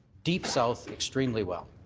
deep south, extremely well.